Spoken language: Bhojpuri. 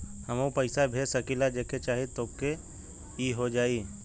हमहू पैसा भेज सकीला जेके चाही तोके ई हो जाई?